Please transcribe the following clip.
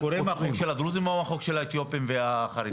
קורא מהחוק של הדרוזים או מהחוק של האתיופים והחרדים?